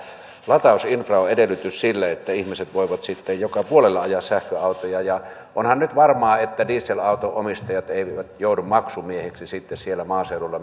latausinfra on edellytys sille että ihmiset voivat sitten joka puolella ajaa sähköautoja ja onhan nyt varmaa että dieselauton omistajat eivät eivät joudu maksumiehiksi sitten siellä maaseudulla